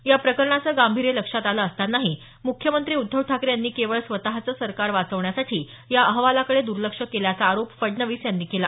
या प्रकरणाचं गांभीर्य लक्षात आलं असतानाही मुख्यमंत्री उद्धव ठाकरे यांनी केवळ स्वतःचं सरकार वाचवण्यासाठी या अहवालाकडे दर्लक्ष केल्याचा आरोप फडणवीस यांनी केला